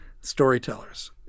storytellers